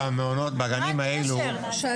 מה הקשר?